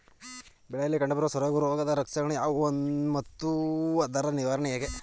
ಬೆಳೆಯಲ್ಲಿ ಕಂಡುಬರುವ ಸೊರಗು ರೋಗದ ಲಕ್ಷಣಗಳು ಯಾವುವು ಮತ್ತು ಅದರ ನಿವಾರಣೆ ಹೇಗೆ?